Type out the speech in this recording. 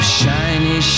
shiny